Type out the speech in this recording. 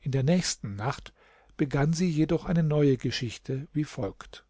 in der nächsten nacht begann sie jedoch eine neue geschichte wie folgt